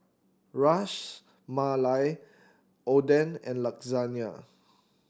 Ras Malai Oden and Lasagne